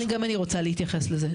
גם אני רוצה להתייחס לזה.